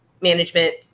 management